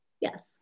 Yes